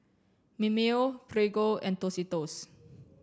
Mimeo Prego and Tostitos